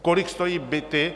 Kolik stojí byty?